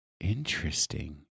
Interesting